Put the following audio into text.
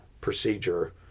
procedure